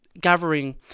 gathering